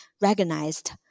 recognized